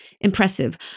impressive